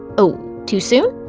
oh too soon?